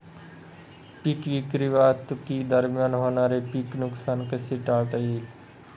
पीक विक्री वाहतुकीदरम्यान होणारे पीक नुकसान कसे टाळता येईल?